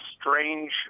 strange